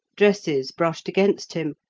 dresses brushed against him,